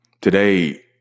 Today